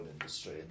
industry